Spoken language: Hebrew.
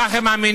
כך הם מאמינים.